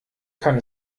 kann